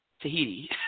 Tahiti